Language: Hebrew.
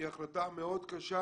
היא החלטה מאוד קשה